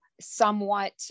somewhat